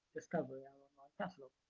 discovery, our online catalogue.